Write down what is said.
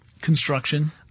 Construction